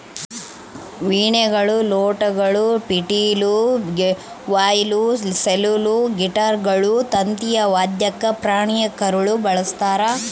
ವೀಣೆಗಳು ಲೂಟ್ಗಳು ಪಿಟೀಲು ವಯೋಲಾ ಸೆಲ್ಲೋಲ್ ಗಿಟಾರ್ಗಳು ತಂತಿಯ ವಾದ್ಯಕ್ಕೆ ಪ್ರಾಣಿಯ ಕರಳು ಬಳಸ್ತಾರ